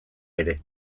ere